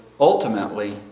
ultimately